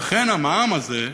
לכן המע"מ הזה,